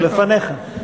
הוא לפניך.